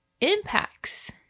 impacts